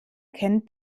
kennt